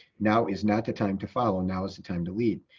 now is not the time to follow, now is the time to lead.